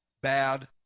bad